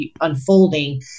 unfolding